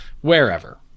wherever